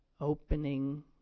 opening